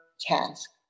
task